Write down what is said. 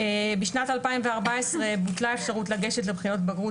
בשנת 2014 בוטלה האפשרות לגשת לבחינות בגרות